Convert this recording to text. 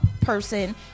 person